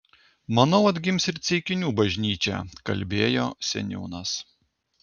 manau atgims ir ceikinių bažnyčia kalbėjo seniūnas